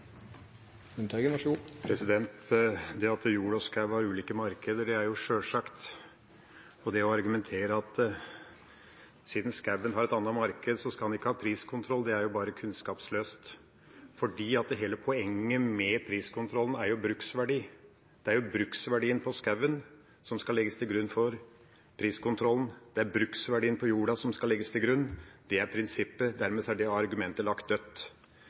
ulike markeder, er sjølsagt, og det å argumentere med at siden skogen har et annet marked, skal en ikke ha priskontroll, er jo bare kunnskapsløst. For hele poenget med priskontrollen er jo bruksverdi. Det er bruksverdien på skogen som skal legges til grunn for priskontrollen, det er bruksverdien på jorda som skal legges til grunn. Det er prinsippet. Dermed er det argumentet lagt dødt.